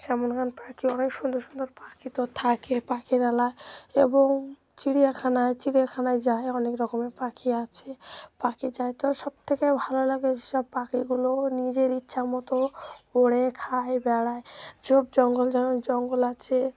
পাখি অনেক সুন্দর সুন্দর পাখি তো থাকে পাখিরালয়ে এবং চিড়িয়াখানায় চিড়িয়াখানায় যায় অনেক রকমের পাখি আছে পাখি যায় তো সবথেকে ভালো লাগে যে সব পাখিগুলো নিজের ইচ্ছা মতো ওড়ে খায় বেড়ায় সব জঙ্গল জ জঙ্গল আছে